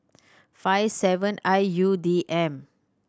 five seven I U D M